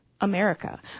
America